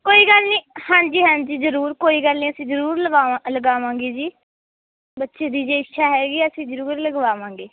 ਕੋਈ ਗੱਲ ਨਹੀਂ ਹਾਂਜੀ ਹਾਂਜੀ ਜ਼ਰੂਰ ਕੋਈ ਗੱਲ ਨਹੀਂ ਅਸੀਂ ਜ਼ਰੂਰ ਲਵਾ ਲਗਾਵਾਂਗੇ ਜੀ ਬੱਚੇ ਦੀ ਜੇ ਇੱਛਾ ਹੈਗੀ ਆ ਅਸੀਂ ਜ਼ਰੂਰ ਲਗਵਾਵਾਂਗੇ